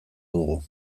dugu